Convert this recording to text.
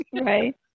right